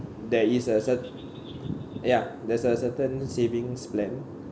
there is a cer~ ya there's a certain savings plan